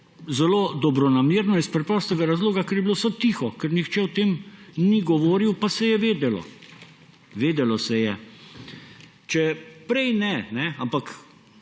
Zelo dobronamerno, iz preprostega razloga, ker je bilo vse tiho, ker nihče o tem ni govoril, pa se je vedelo. Vedelo se je! Če prej ne ‒ ampak